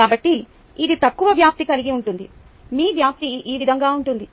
కాబట్టి ఇది తక్కువ వ్యాప్తి కలిగి ఉంటుంది మీ వ్యాప్తి ఈ విధంగా ఉంటుంది